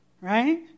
Right